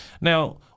Now